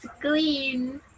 clean